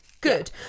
good